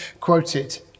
quoted